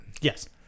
Yes